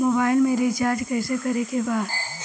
Mobile में recharge कइसे करे के बा?